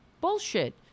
bullshit